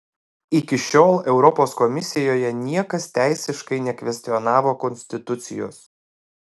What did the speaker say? iki šiol europos komisijoje niekas teisiškai nekvestionavo konstitucijos